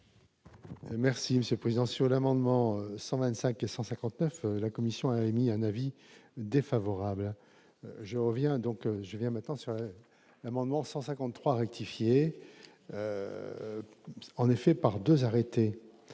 Merci Monsieur le Président, sur l'amendement 125 et 159, la commission a émis un avis défavorable je reviens donc je viens maintenant sur l'amendement 153 rectifier en effet par 2 arrêté